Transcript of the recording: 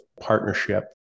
partnership